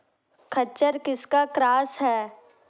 खच्चर किसका क्रास है?